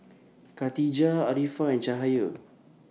Katijah Arifa and Cahaya